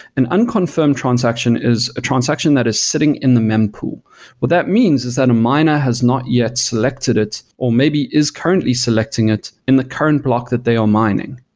an unconfirmed transaction is a transaction that is sitting in the mem pool what that means is that a miner has not yet selected it, or maybe is currently selecting it in the current block that they are mining.